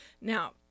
Now